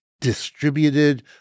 distributed